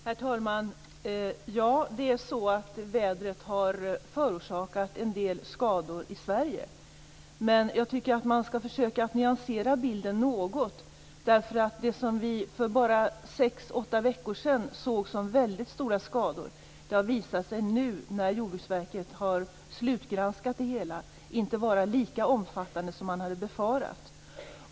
Herr talman! Ja, vädret har förorsakat en del skador i Sverige. Men jag tycker att man skall försöka nyansera bilden något. Det som vi för bara sex åtta veckor sedan såg som väldigt stora skador har, när Jordbruksverket har slutgranskat det hela, visat sig inte vara lika omfattande som man befarat.